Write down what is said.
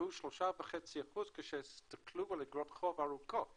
קבעו 3.5% כשדיברו על אגרות חוב ארוכות